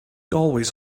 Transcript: always